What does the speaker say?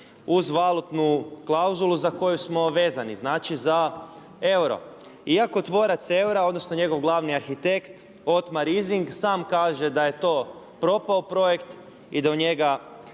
uz valutnu klauzulu za koju smo vezani, znači za euro. Iako tvorac eura odnosno njegov glavni arhitekt Otmar Issing sam kaže da je to propao projekt i da u njega